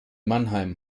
mannheim